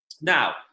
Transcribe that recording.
now